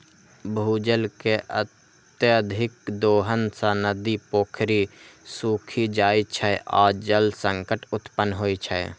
भूजल के अत्यधिक दोहन सं नदी, पोखरि सूखि जाइ छै आ जल संकट उत्पन्न होइ छै